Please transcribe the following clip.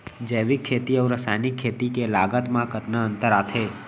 जैविक खेती अऊ रसायनिक खेती के लागत मा कतना अंतर आथे?